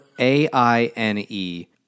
a-i-n-e